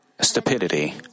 stupidity